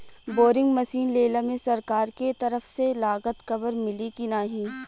Boring machine लेला मे सरकार के तरफ से लागत कवर मिली की नाही?